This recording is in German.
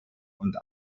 und